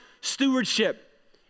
stewardship